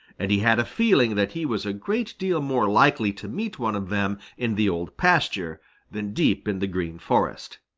and he had a feeling that he was a great deal more likely to meet one of them in the old pasture than deep in the green forest.